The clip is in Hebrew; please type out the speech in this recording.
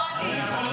איפה אני?